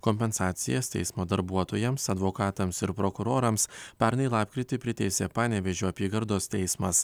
kompensacijas teismo darbuotojams advokatams ir prokurorams pernai lapkritį priteisė panevėžio apygardos teismas